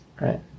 Right